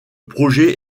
projet